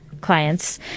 clients